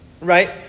right